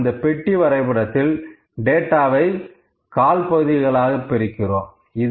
ஆனால் இந்த பெட்டி வரைபடத்தில் டேட்டாவை கால்பகுதிகளாக பிரிக்கிறோம்